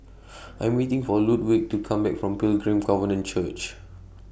I'm waiting For Ludwig to Come Back from Pilgrim Covenant Church